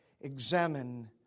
Examine